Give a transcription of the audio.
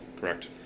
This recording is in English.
Correct